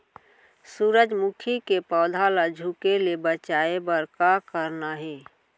सूरजमुखी के पौधा ला झुके ले बचाए बर का करना हे?